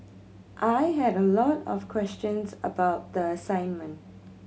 I had a lot of questions about the assignment